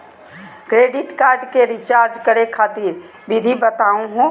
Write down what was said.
Credit card क recharge करै खातिर विधि बताहु हो?